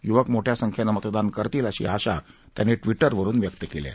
युवक मोठ्या संख्येने मतदान करतील अशी आशा त्यांनी ट्विटरवरून व्यक्त केली आहे